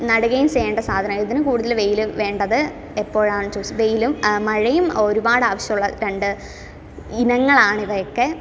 നടുകയും ചെയ്യേണ്ട സാധനം ഇതിന് കൂടുതൽ വെയിൽ വേണ്ടത് എപ്പോഴാന്ന് ചോദിച്ചാൽ വെയിലും മഴയും ഒരുപാട് ആവശ്യമുള്ള രണ്ട് ഇനങ്ങളാണ് ഇവയൊക്കെ